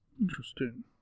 Interesting